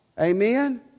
Amen